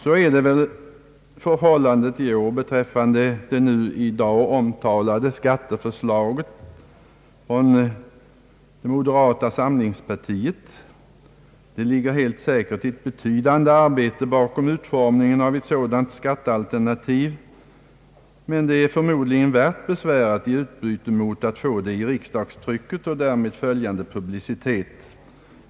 Så är väl förhållandet i år beträffande det nu i dag omtalade skatteförslaget från det moderata samlingspartiet. Det ligger helt säkert ett betydande arbete bakom utformningen av ett sådant skattealternativ, men det är förmodligen värt besväret i utbyte mot att få det i tryck och få därmed följande publicitet.